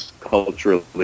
culturally